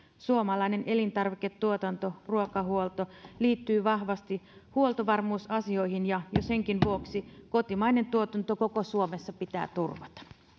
suomalainen elintarviketuotanto ruokahuolto liittyy vahvasti huoltovarmuusasioihin ja jo senkin vuoksi kotimainen tuotanto koko suomessa pitää turvata